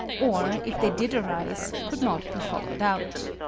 or if they did arise could not be followed out.